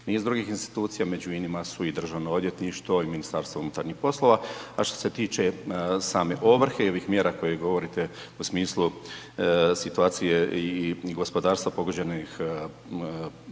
niz drugih institucija, među inima su i Državno odvjetništvo i MUP. A što se tiče same ovrhe i ovih mjera koje govorite u smislu situacije i gospodarstva pogođenih korona